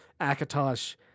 Akatosh